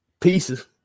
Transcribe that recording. pieces